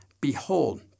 behold